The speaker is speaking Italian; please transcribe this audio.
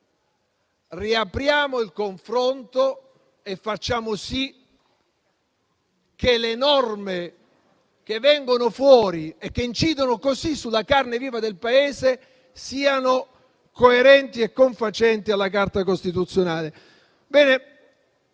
dire: riapriamo il confronto e facciamo sì che le norme che vengono fuori - e che incidono così sulla carne viva del Paese - siano coerenti e confacenti alla Carta costituzionale.